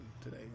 today